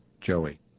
Joey